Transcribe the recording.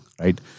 right